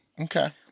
Okay